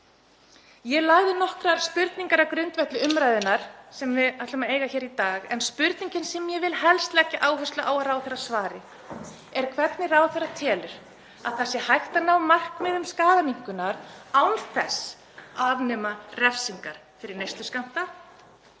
Ég lagði fram nokkrar spurningar á grundvelli umræðunnar sem við ætlum að eiga hér í dag. En spurningin sem ég vil helst leggja áherslu á að ráðherra svari er hvernig ráðherra telur að það sé hægt að ná markmiðum skaðaminnkunar án þess að afnema refsingar fyrir neysluskammta,